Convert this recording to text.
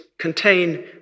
contain